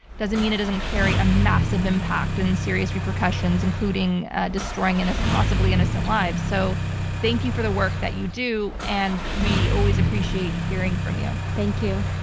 doesn't mean it doesn't carry a massive impact and in serious repercussions, including ah destroying possibly innocent lives. so thank you for the work that you do. and we always appreciate hearing from you. thank you.